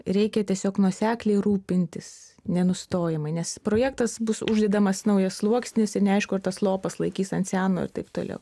reikia tiesiog nuosekliai rūpintis nenustojamai nes projektas bus uždedamas naujas sluoksnis ir neaišku ar tas lopas laikys ant seno taip toliau